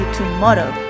tomorrow